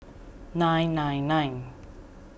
nine nine nine